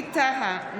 ווליד טאהא,